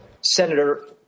Senator